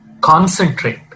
concentrate